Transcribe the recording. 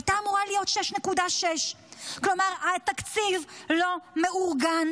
הייתה אמורה להיות 6.6. כלומר התקציב לא מאורגן